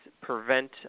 prevent